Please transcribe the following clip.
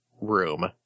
room